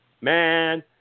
man